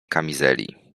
kamizeli